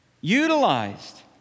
Utilized